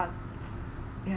yeah